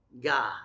God